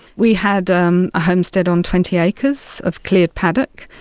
we had um a homestead on twenty acres of clear paddock,